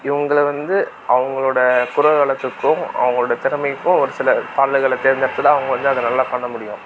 இவங்கள வந்து அவங்களோட குரல் வளத்துக்கும் அவங்களோட திறமைக்கும் ஒரு சில பாடல்களை தேர்ந்தெடுத்து தான் அவங்க வந்து அதை நல்லா பண்ண முடியும்